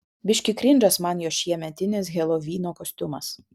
biškį krindžas man jo šiemetinis helovyno kostiumas